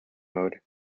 mode